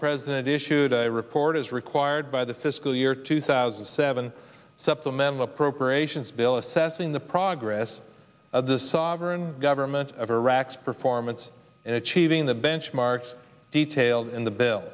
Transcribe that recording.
president issued a report as required by the fiscal year two thousand and seven supplemental appropriations bill assessing the progress of the sovereign government of iraq's performance in achieving the benchmarks detailed in the bill